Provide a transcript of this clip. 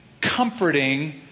comforting